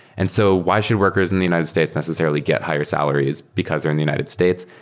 and so why should workers in the united states necessarily get higher salaries because they're in the united states?